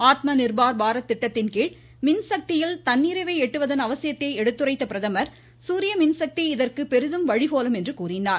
ஆத்ம நிர்பார் பாரத் திட்டத்தின்கீழ் மின்சக்தியில் தன்னிறைவை எட்டுவதன் அவசியத்தை எடுத்துரைத்த பிரதமர் சூரிய மின்சக்தி இதற்கு பெரிதும் வழிகோலும் என்றார்